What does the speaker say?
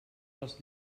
les